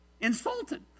Insulted